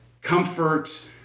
comfort